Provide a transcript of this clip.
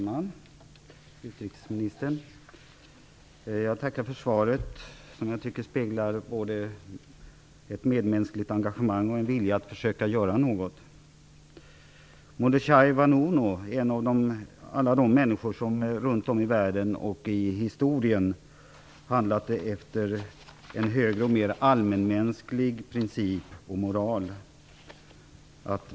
Fru talman! Utrikesministern! Jag tackar för svaret, som jag tycker speglar både ett medmänskligt engagemang och en vilja att försöka göra något. Mordechai Vanunu är en av alla de människor som runt om i världen, i nutid och i historien, handlade efter en högre och mera allmänmänsklig princip och moral.